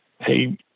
hey